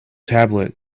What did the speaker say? tablet